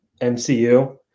MCU